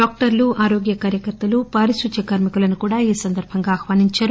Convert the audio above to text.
డాక్టర్లు ఆరోగ్య కార్యకర్తలు పారిశుధ్య కార్మికులను కూడా ఈ సందర్భంగా ఆహ్వానించారు